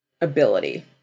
ability